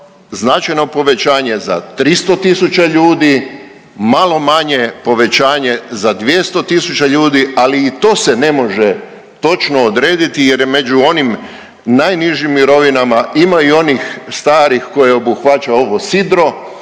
značajno povećanje za tristo tisuća ljudi. Malo manje povećanje za 200 000 ljudi, ali i to se ne može točno odrediti, jer je među onim najnižim mirovinama. Ima i onih starih koje obuhvaća ovo sidro,